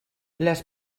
les